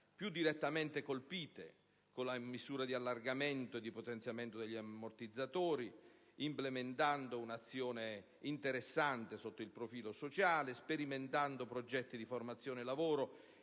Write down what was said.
più direttamente colpite, con le misure di allargamento e di potenziamento degli ammortizzatori sociali, implementando un'azione interessante sotto il profilo sociale e sperimentando progetti di formazione-lavoro